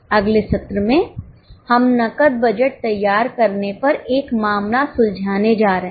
अगले सत्र में हम नकद बजट तैयार करने पर एक मामला सुलझाने जा रहे हैं